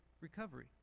recovery